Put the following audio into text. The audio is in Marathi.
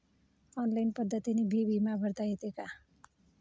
ऑनलाईन पद्धतीनं बी बिमा भरता येते का?